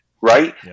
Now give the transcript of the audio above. right